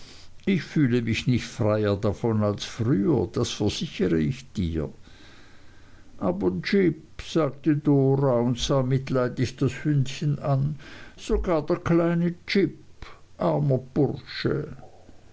ich fühle mich nicht freier davon als früher das versichere ich dir aber jip sagte dora und sah mitleidig das hündchen an sogar der kleine jip armer bursche